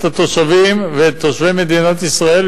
את התושבים ואת תושבי מדינת ישראל,